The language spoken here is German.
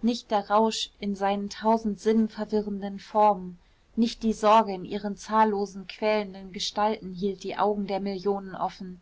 nicht der rausch in seinen tausend sinnverwirrenden formen nicht die sorge in ihren zahllosen quälenden gestalten hielt die augen der millionen offen